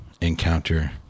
encounter